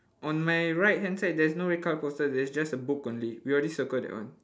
on my right hand side there's no red colour poster there's just a book only we already circle that one